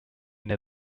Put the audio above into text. near